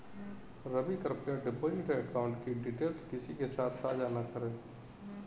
रवि, कृप्या deposit account की details किसी के साथ सांझा न करें